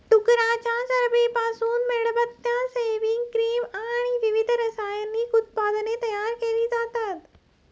डुकराच्या चरबीपासून मेणबत्त्या, सेव्हिंग क्रीम आणि विविध रासायनिक उत्पादने तयार केली जातात